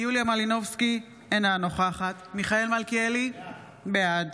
יוליה מלינובסקי, אינה נוכחת מיכאל מלכיאלי, בעד